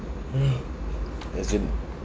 as in